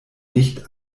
nicht